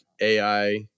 AI